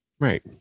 Right